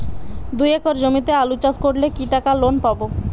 দুই একর জমিতে আলু চাষ করলে কি টাকা লোন পাবো?